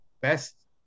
best